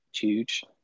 huge